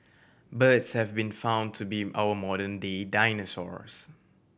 birds have been found to be our modern day dinosaurs